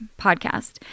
podcast